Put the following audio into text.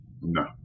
No